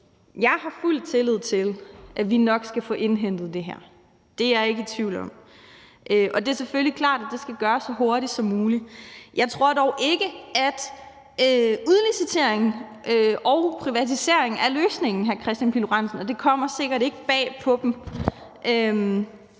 Jeg har fuld tillid til, at vi nok skal få indhentet det her. Det er jeg ikke i tvivl om. Det er selvfølgelig klart, at det skal gøres så hurtigt som muligt. Jeg tror dog ikke, at udlicitering og privatisering er løsningen, vil jeg sige til hr. Kristian Pihl Lorentzen. Det kommer sikkert ikke bag på ham.